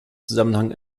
zusammenhang